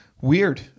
weird